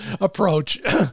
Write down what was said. approach